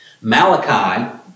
Malachi